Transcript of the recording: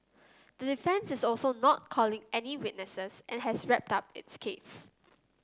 the defence is also not calling any witnesses and has wrapped up its case